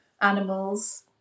animals